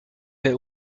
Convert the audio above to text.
der